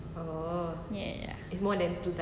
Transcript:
ya ya ya